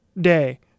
day